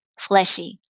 Fleshy